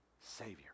Savior